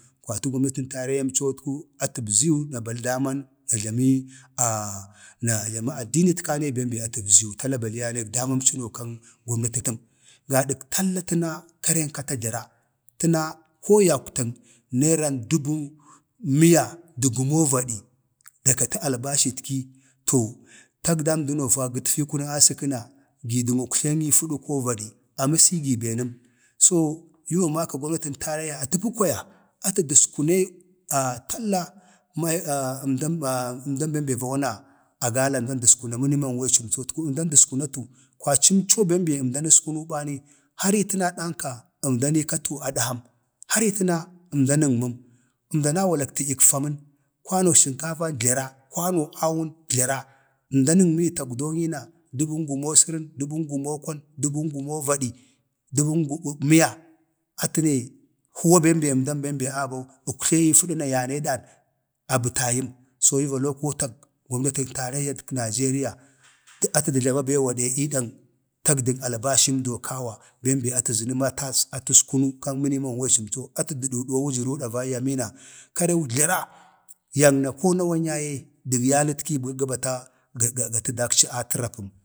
﻿kwatu gomnatək taraiyyamcotku atu əbzəyu na ba daman na jləmə addinitkane bem be əbzəyu tala gadak tlla təna kareu kata jləra təna ko yaktan neran dəbə miya dək gumo vadi, da kato albashitki, to tadgadamdəno fa gətfi kunən asəkə na gi dən uətlenyi fədu ko vadi, amasa gi be nəm, so yu ba makag gomnatin taraiyya a təpə kwaya atə dəskune maiək əmdan bem be va wana agala əmdan dəskuna mənə mam wej əmcotku əmdan dəskunatu kwaci əmco bem be əmdan əskunu bani har ii təna danka əmdan iikatu adham, har ii təna əmdan ənməm əmdan awalak tədyək famən. kwanok shinkafa, jləra kwanog awun jləra, əmdan əgməge tadgdoyi na, dəən gumo sərən dəbən gumo kwan, dəbən gumo vadi dək dəbən miya, atə ne huwa bem be əmda abau, uktle ye fədə na ya nee dan abqtayam. gaado duwo yu va lokotag gomnatək taraiyya nijeriya atə də jləmə bewade ii dag tagdag albashimdo kawa bem be atə zənəma atəskunu kan minimam wej əmco atu də duduwa wujəru davaiyya mena kareu jləra, yanna ko nawan yaye dəg yalətki gə bata ga ga tə dakci a təra pəm,